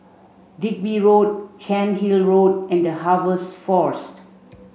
Digby Road Cairnhill Road and The Harvest Force